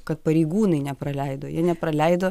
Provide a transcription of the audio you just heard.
kad pareigūnai nepraleido jie nepraleido